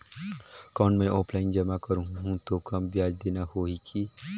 कौन मैं ऑफलाइन जमा करहूं तो कम ब्याज देना होही की?